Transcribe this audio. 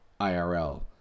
IRL